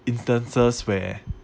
instances where